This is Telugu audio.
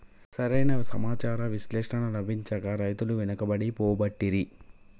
సరి అయిన సమాచార విశ్లేషణ లభించక రైతులు వెనుకబడి పోబట్టిరి